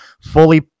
fully